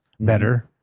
Better